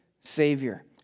Savior